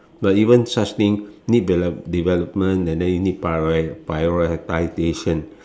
like even such thing need deve~ development and then you need priori~ prioritisation